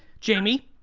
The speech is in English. jamie?